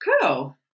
cool